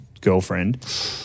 girlfriend